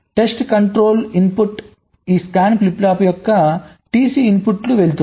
test control input ఈ scan flip flops యొక్క TC ఇన్పుట్కు వెళుతుంది